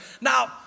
Now